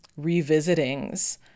revisitings